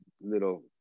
little